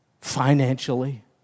financially